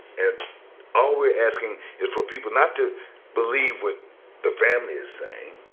and all we're asking is for people not to believe what the family is saying